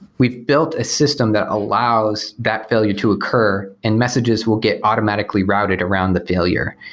we've built a system that allows that failure to occur and messages will get automatically routed around the failure.